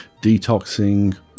detoxing